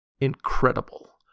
incredible